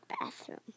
bathroom